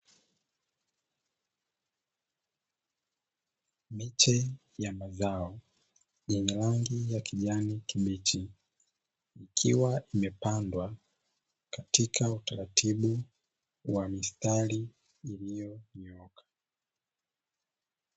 Miche ya mazao yenye rangi ya kijani kibichi, ikiwa imepandwa katika utaratibu wa mistari iliyonyooka.